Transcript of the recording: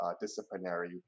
disciplinary